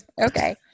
okay